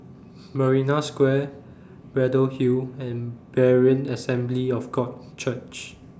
Marina Square Braddell Hill and Berean Assembly of God Church